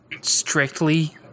strictly